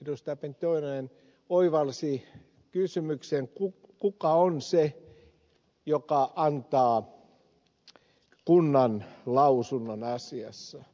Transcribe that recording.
pentti oinonen oivalsi kysymyksen kuka on se joka antaa kunnan lausunnon asiassa